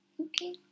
Okay